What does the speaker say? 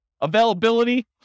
Availability